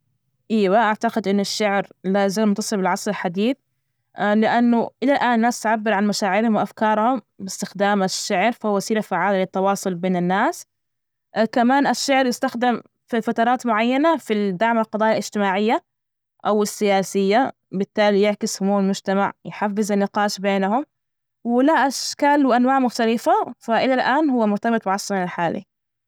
أيوه، أعتقد أن الشعر لا زال متصل بالعصر الحديث لأنه إلى الآن الناس تعبر عن مشاعرهم وأفكارهم بإستخدام الشعر، فهو وسيلة فعالة للتواصل بين الناس، كمان الشعر يستخدم في فترات معينة في دعم القضايا الإجتماعية أو السياسية، بالتالي يعكس سمو المجتمع، يحفز النقاش بينهم وله أشكال وأنواع مختلفة، فإلى الآن هو مرتبط بعصرنا الحالي.